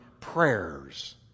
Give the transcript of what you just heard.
prayers